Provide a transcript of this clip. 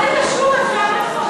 מה זה קשור עכשיו?